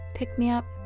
pick-me-up